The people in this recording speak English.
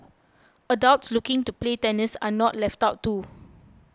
adults looking to play tennis are not left out too